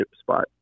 spot